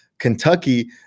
Kentucky